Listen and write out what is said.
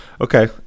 Okay